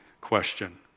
question